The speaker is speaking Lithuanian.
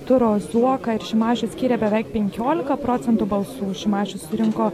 turo zuoką ir šimašių skyrė beveik penkiolika procentų balsų šimašius surinko